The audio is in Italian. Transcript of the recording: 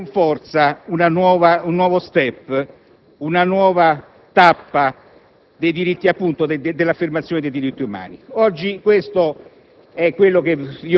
con forza un'altra *chance* positiva a tutti noi, di dare a tutti la possibilità di